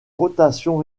rotations